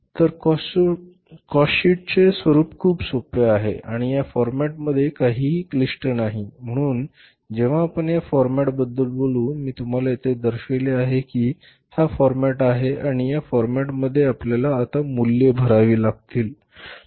तर कॉस्टशीटचे स्वरुप खूप सोपे आहे आणि या फॉरमॅटमध्ये काहीही क्लिष्ट नाही म्हणून जेव्हा आपण या फॉरमॅटबद्दल बोलू मी तुम्हाला येथे दर्शविले आहे की हा फाॅरमॅट आहे आणि या फॉरमॅटमध्ये आपल्याला आता मूल्ये भरावी लागतील